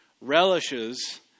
relishes